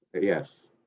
Yes